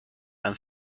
and